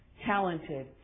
talented